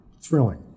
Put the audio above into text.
thrilling